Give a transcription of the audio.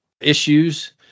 issues